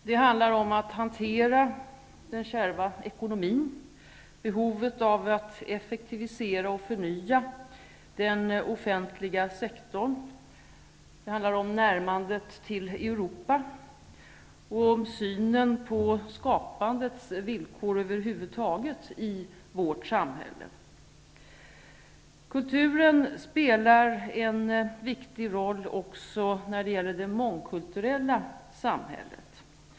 Det handlar om att hantera den kärva ekonomin, behovet av att effektivisera och förnya den offentliga sektorn, närmandet till Europa och om synen på skapandets villkor över huvud taget i vårt samhälle. Kulturen spelar också en viktig roll när det gäller det mångkulturella samhället.